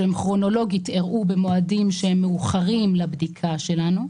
שהם כרונולוגית אירעו במועדים שהם מאוחרים לבדיקה שלנו,